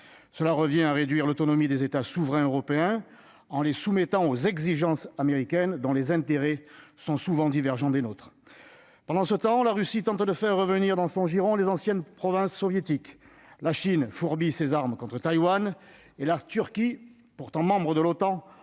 cela revient à réduire l'autonomie des états souverains européens en les soumettant aux exigences américaines dont les intérêts sont souvent divergents des nôtres pendant ce temps, la Russie tente de faire revenir dans son giron les anciennes provinces soviétique, la Chine fourbit ses armes contre Taïwan et la Turquie, pourtant membre de l'OTAN